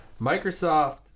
Microsoft